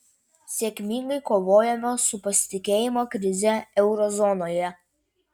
sėkmingai kovojome su pasitikėjimo krize euro zonoje